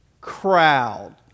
Crowd